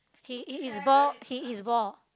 he is bald he is bald